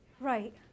Right